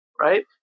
right